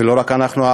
ולא רק אנחנו,